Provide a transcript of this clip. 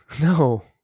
No